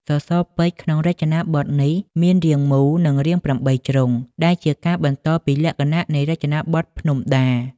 សសរពេជ្រក្នុងរចនាបថនេះមាន រាងមូល និងរាង ៨ជ្រុង ដែលជាការបន្តពីលក្ខណៈនៃរចនាបថភ្នំដា ។